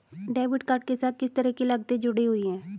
Debit card के साथ किस तरह की लागतें जुड़ी हुई हैं?